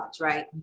right